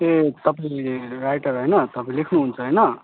ए तपाईँ राइटर होइन तपाईँ लेख्नुहुन्छ होइन